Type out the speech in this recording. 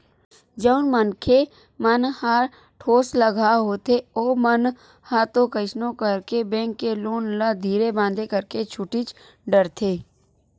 जउन मनखे मन ह ठोसलगहा होथे ओमन ह तो कइसनो करके बेंक के लोन ल धीरे बांधे करके छूटीच डरथे